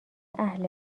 اهل